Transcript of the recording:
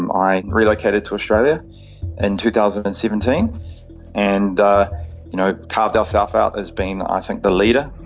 um i relocated to australia in two thousand and seventeen and ah you know carved ourself out as being, i think, the leader.